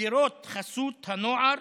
מסגרות חסות הנוער,